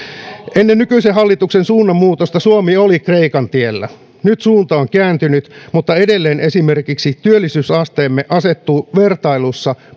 ennen nykyisen hallituksen suunnanmuutosta suomi oli kreikan tiellä nyt suunta on kääntynyt mutta edelleen esimerkiksi työllisyysasteemme asettuu vertailussa